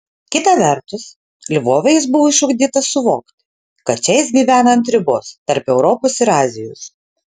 kita vertus lvove jis buvo išugdytas suvokti kad čia jis gyvena ant ribos tarp europos ir azijos